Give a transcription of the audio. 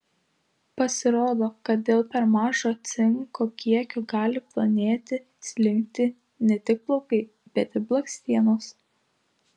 pasirodo kad dėl per mažo cinko kiekio gali plonėti slinkti ne tik plaukai bet ir blakstienos